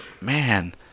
man